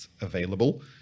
available